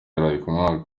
yaraye